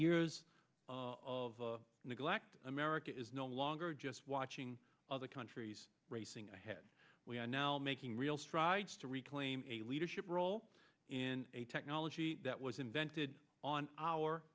years of neglect america is no longer just watching other countries racing ahead we are now making real strides to reclaim a leadership role in a technology that was invented on our